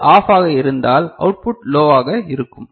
இது ஆஃப் ஆக இருந்தால் அவுட்புட் லோவாக இருக்கும்